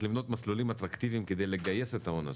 לבנות מסלולים אטרקטיביים כדי לגייס את ההון הזה.